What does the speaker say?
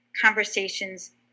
conversations